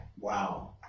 wow